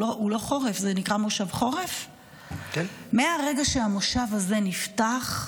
הוא לא חורף, מהרגע שהמושב הזה נפתח,